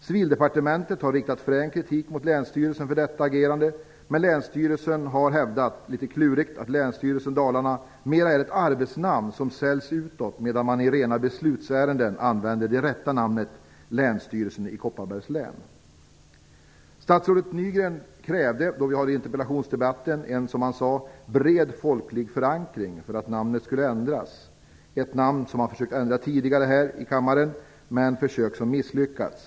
Civildepartementet har riktat frän kritik mot länsstyrelsen för detta agerande, men länsstyrelsen har litet klurigt hävdat att Länsstyrelsen Dalarna mer är ett arbetsnamn som säljs utåt, medan man i rena beslutsärenden använder det rätta namnet, Länsstyrelsen i Kopparbergs län. Statsrådet Nygren krävde i interpellationsdebatten en, som han sade, bred folklig förankring för att namnet skulle ändras. Man har tidigare här i kammaren försökt att ändra namnet, men misslyckats.